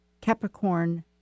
Capricorn